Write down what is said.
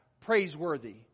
Praiseworthy